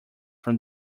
from